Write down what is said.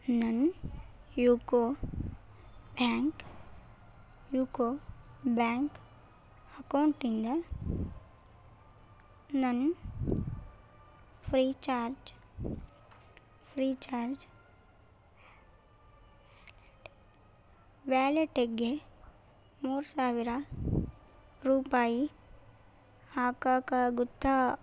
ನನ್ನ UCO bank UCO bank ಅಕೌಂಟಿಂದ ನನ್ನ ಫ್ರೀಚಾರ್ಜ್ ಫ್ರೀಚಾರ್ಜ್ ವ್ಯಾಲೆಟಿಗೆ ಮೂರು ಸಾವಿರ ರೂಪಾಯಿ ಹಾಕೋಕ್ಕಾಗುತ್ತಾ